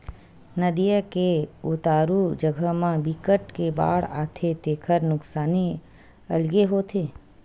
नदिया के उतारू जघा म बिकट के बाड़ आथे तेखर नुकसानी अलगे होथे